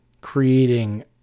creating